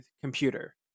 computer